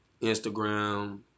Instagram